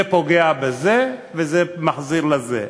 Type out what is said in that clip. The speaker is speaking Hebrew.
זה פוגע בזה וזה מחזיר לזה,